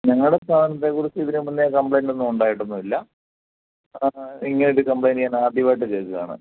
ഞങ്ങളുടെ സ്ഥാപനത്തെ കുറിച്ച് ഇതിനു മുന്നേ കംപ്ലൈൻറ്റൊന്നും ഉണ്ടായിട്ടൊന്നും ഇല്ല ഇങ്ങനൊരു കംപ്ലൈൻറ്റ് ഞാനാദ്യമായിട്ട് കേൾക്കാണ്